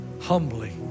humbly